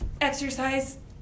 exercise